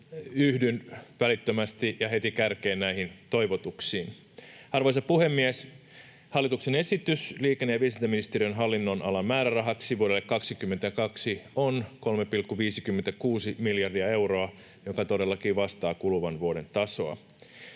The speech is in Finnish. yhdyn välittömästi ja heti kärkeen näihin toivotuksiin. Arvoisa puhemies! Hallituksen esitys liikenne- ja viestintäministeriön hallinnonalan määrärahaksi vuodelle 22 on 3,56 miljardia euroa, joka todellakin vastaa kuluvan vuoden tasoa.